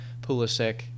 Pulisic